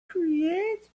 create